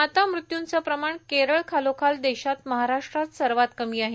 माता मृत्यूंचे प्रमाण केरळ खालोखाल देशात महाराष्ट्रात सर्वात कमी आहे